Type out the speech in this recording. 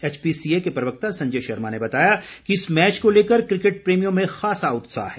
HPCA के प्रवक्ता संजय शर्मा ने बताया कि इस मैच को लेकर क्रिकेट प्रेमियों में खासा उत्साह है